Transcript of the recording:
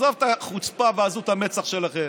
עזוב את החוצפה ועזות המצח שלכם.